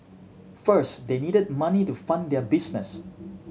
first they needed money to fund their business